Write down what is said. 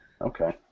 Okay